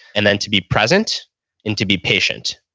and then to be present and to be patient.